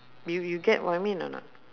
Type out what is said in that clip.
you you get what I mean or not